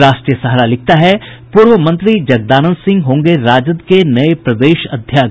राष्ट्रीय सहारा लिखता है पूर्व मंत्री जगदानंद सिंह होंगे राजद के नये प्रदेश अध्यक्ष